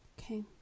okay